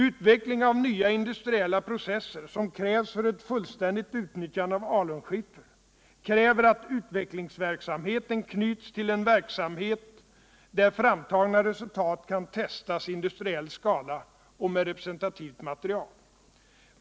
Utveckling av nya industriella processer, som krävs för ett fullständigt utnyttjande av alunskiffer, kräver att utvecklingsverksamheten knyts till en verksamhet där framtagna resultat kan testas i industriell skala och med representativt material.